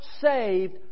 saved